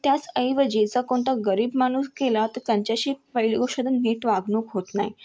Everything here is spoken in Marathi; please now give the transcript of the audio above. त्याचऐवजी जर कोणता गरीब माणूस गेला तर त्यांच्याशी पहिली गोष्ट तर नीट वागणूक होत नाही